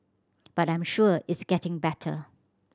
but I'm sure it's getting better